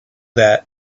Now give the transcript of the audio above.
that